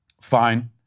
fine